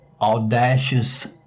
audacious